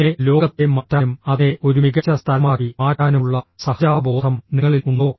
പിന്നെ ലോകത്തെ മാറ്റാനും അതിനെ ഒരു മികച്ച സ്ഥലമാക്കി മാറ്റാനുമുള്ള സഹജാവബോധം നിങ്ങളിൽ ഉണ്ടോ